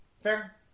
Fair